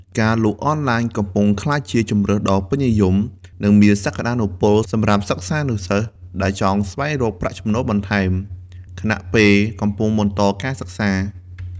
ការលក់អនឡាញកំពុងក្លាយជាជម្រើសដ៏ពេញនិយម និងមានសក្ដានុពលសម្រាប់សិស្សានុសិស្សដែលចង់ស្វែងរកប្រាក់ចំណូលបន្ថែម ខណៈពេលកំពុងបន្តការសិក្សា។